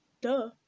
Duh